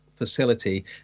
facility